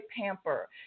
pamper